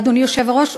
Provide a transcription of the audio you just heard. אדוני היושב-ראש,